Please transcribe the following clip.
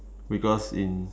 because in